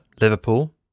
Liverpool